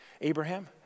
Abraham